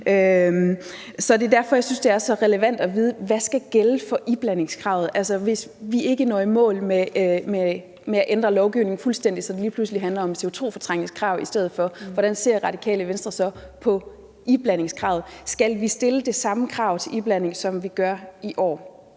år. Det er derfor, jeg synes, det er så relevant at vide, hvad der skal gælde for iblandingskravet. Hvis vi ikke når i mål med at ændre lovgivningen fuldstændig, så det lige pludselig handler om CO2-fortrængningskrav i stedet for, hvordan ser Radikale Venstre så på iblandingskravet? Skal vi stille det samme krav til iblanding næste år, som vi gør i år?